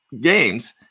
games